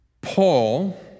Paul